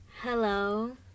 hello